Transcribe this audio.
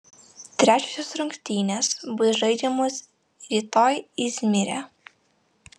trečiosios rungtynės bus žaidžiamos rytoj izmyre